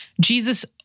Jesus